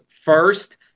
first